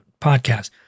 podcast